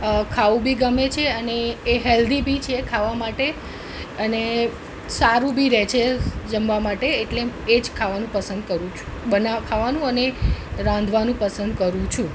ખાવું બી ગમે છે અને એ હેલ્ધી બી છે ખાવા માટે અને સારું બી રહે છે જમવા માટે એટલે એ જ ખાવાનું પસંદ કરું છું બનાવ ખાવાનું અને રાંધવાનું પસંદ કરું છું